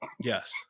yes